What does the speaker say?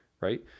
Right